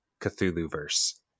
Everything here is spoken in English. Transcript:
Cthulhu-verse